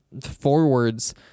forwards